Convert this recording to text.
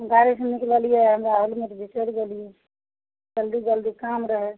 गाड़ीसे निकललिए हमरा हेलमेट बिसरि गेलिए जल्दी जल्दी काम रहै